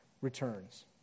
returns